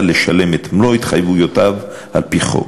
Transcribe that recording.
לשלם את מלוא התחייבויותיו על-פי חוק.